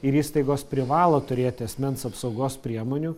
ir įstaigos privalo turėti asmens apsaugos priemonių